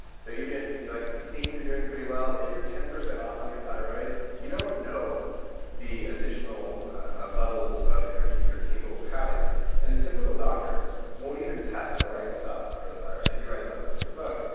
so even if like you think you're doing pretty well, if you're ten percent off on your thyroid, you don't know the additional levels of energy you're capable of having and a typical doctor won't even test the right stuff for the thyroid. and you write about this in your book,